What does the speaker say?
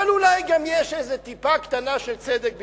אבל אולי גם יש איזו טיפה קטנה של צדק בדברי.